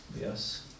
Yes